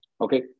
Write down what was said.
Okay